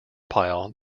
pile